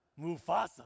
Mufasa